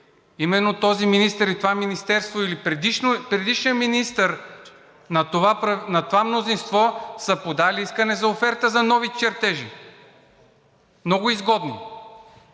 Именно този министър и това министерство или предишният министър на това мнозинство са подали искане за оферта за нови чертежи. Много изгодно.